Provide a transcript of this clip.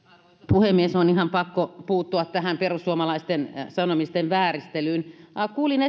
puhemies on ihan pakko puuttua tähän perussuomalaisten sanomisten vääristelyyn kuulin